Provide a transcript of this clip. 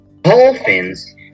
Dolphins